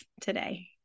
today